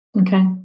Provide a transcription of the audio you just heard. Okay